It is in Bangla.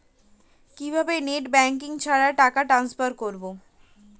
কিভাবে নেট ব্যাংকিং ছাড়া টাকা টান্সফার করব?